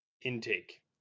intake